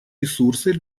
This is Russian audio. ресурсы